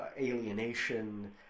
alienation